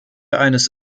eines